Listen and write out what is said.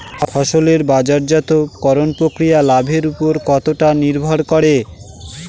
ফসলের বাজারজাত করণ প্রক্রিয়া লাভের উপর কতটা নির্ভর করে?